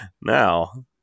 Now